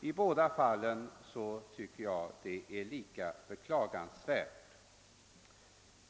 I håda fallen tycker jag det är lika beklagligt.